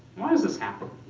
why does this happen?